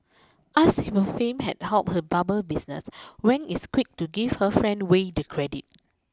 asked if her fame had helped her barber business Wang is quick to give her friend Way the credit